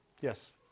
yes